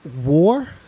war